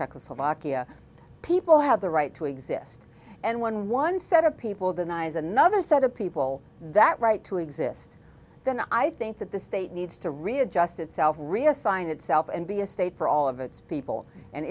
czechoslovakia people have the right to exist and when one set of people denies another set of people that right to exist then i think that the state needs to readjust itself reassign itself and be a state for all of its people and